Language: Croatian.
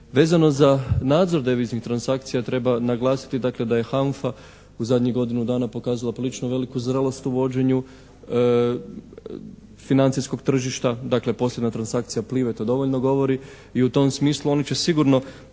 Vezano za nadzor deviznih transakcija treba naglasiti dakle da je HANFA u zadnjih godinu dana pokazala prilično veliku zrelost u vođenju financijskog tržišta, dakle posljednja transakcija, to dovoljno govori i u tom smislu oni će sigurno